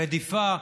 רדיפה.